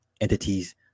entities